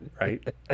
Right